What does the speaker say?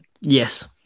Yes